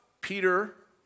Peter